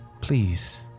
Please